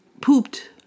pooped